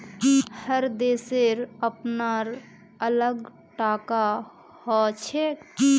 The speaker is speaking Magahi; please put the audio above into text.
हर देशेर अपनार अलग टाका हछेक